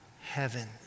heaven